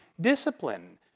discipline